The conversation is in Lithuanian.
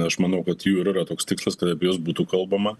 aš manau kad jų ir yra toks tikslas kad apie juos būtų kalbama